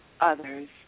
others